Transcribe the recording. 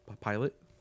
Pilot